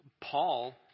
Paul